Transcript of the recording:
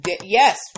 Yes